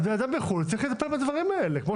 גם אדם שנמצא בחו"ל צריך לטפל בדברים האלה כפי